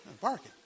barking